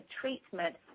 treatment